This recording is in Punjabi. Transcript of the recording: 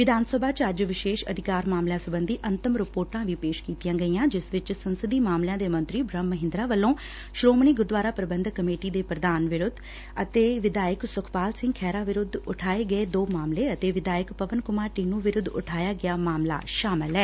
ਵਿਧਾਨ ਸਭਾ ਚ ਅੱਜ ਵਿਸ਼ੇਸ਼ ਅਧਿਕਾਰ ਮਾਮਲਿਆਂ ਸਬੰਧੀ ਅੰਤਮ ਰਿਧੋਰਟਾਂ ਵੀ ਪੇਸ਼ ਕੀਤੀਆਂ ਗਈਆ ਜਿਸ ਵਿਚ ਸੰਸਦੀ ਮਾਮਲਿਆਂ ਦੇ ਮੰਤਰੀ ਬ੍ਹਮ ਮਹਿੰਦਰਾ ਵੱਲੋਂ ਸ੍ਹੋਮਣੀ ਗੁਰਦੁਆਰਾ ਪ੍ਬੰਧਕ ਕਮੇਟੀ ਦੇ ਪ੍ਰਧਾਨ ਵਿਰੁੱਧ ਵਿਧਾਇਕ ਸੁਖਪਾਲ ਸਿੰਘ ਖਹਿਰਾ ਵਿਰੁੱਧ ਉਠਾਏ ਗਏ ਦੋ ਮਾਮਲੇ ਅਤੇ ਵਿਧਾਇਕ ਪਵਨ ਕੁਮਾਰ ਟਿੰਨੁ ਵਿਰੁੱਧ ਉਠਾਇਆ ਗਿਆ ਮਾਮਲਾ ਸ਼ਾਮਲ ਐ